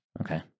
Okay